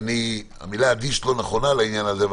המילה אדיש לא נכונה לעניין הזה,